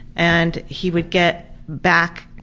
and he would get back